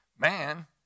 Man